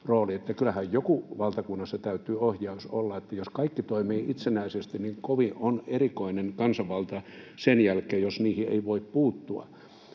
Kyllähän joku ohjaus täytyy valtakunnassa olla: jos kaikki toimii itsenäisesti, niin kovin on erikoinen kansanvalta sen jälkeen, jos niihin ei voi puuttua.